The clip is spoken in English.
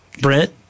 Brent